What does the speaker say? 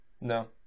No